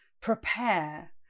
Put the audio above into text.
prepare